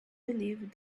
believed